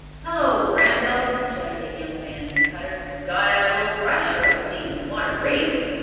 hullo, ramdell! shouted a young man in a cutter. got out old rusher, i see. want a race?